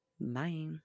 Bye